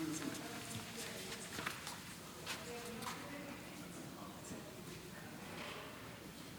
זה נוסח הצהרת האמונים: "אני מתחייב לשמור